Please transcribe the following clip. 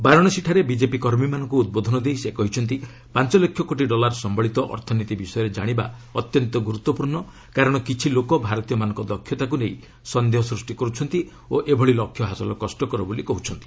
ବାରାଣସୀଠାରେ BJP କର୍ମୀମାନଙ୍କୁ ଉଦ୍ବୋଧନ ଦେଇ ସେ କହିଛନ୍ତି ପାଞ୍ଚ ଲକ୍ଷ କୋଟି ଡଲାର ସମ୍ଭଳିତ ଅର୍ଥନୀତି ବିଷୟରେ ଜାଣିବା ଅତ୍ୟନ୍ତ ଗୁରୁତ୍ୱପୂର୍ଣ୍ଣ କାରଣ କିଛି ଲୋକ ଭାରତୀୟମାନଙ୍କ ଦକ୍ଷତାକୁ ନେଇ ସନ୍ଦେହ ସୃଷ୍ଟି କରୁଛନ୍ତି ଓ ଏଭଳି ଲକ୍ଷ୍ୟ ହାସଲ କଷ୍ଟକର ବୋଲି କହୁଛନ୍ତି